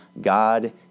God